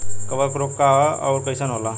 कवक रोग का होला अउर कईसन होला?